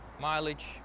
Mileage